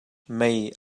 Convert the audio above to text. mei